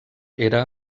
era